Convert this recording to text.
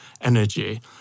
energy